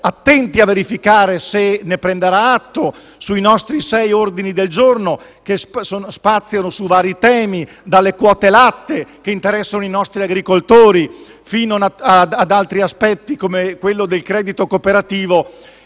attenti a verificare se quest'ultimo prenderà atto dei nostri sei ordini del giorno, che spaziano su vari temi, dalle quote latte (che interessano i nostri agricoltori), fino ad altri aspetti, come quello del credito cooperativo.